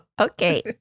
Okay